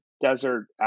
desert